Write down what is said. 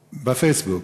בפייסבוק,